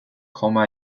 komma